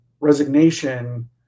resignation